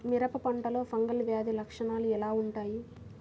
మిరప పంటలో ఫంగల్ వ్యాధి లక్షణాలు ఎలా వుంటాయి?